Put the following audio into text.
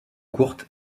courtes